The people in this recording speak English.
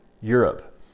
europe